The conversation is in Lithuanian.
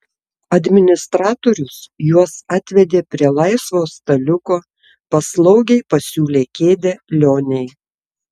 administratorius juos atvedė prie laisvo staliuko paslaugiai pasiūlė kėdę lionei